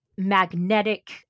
magnetic